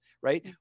right